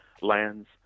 lands